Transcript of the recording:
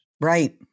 Right